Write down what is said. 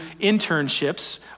internships